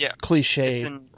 cliche